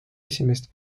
esimest